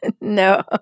No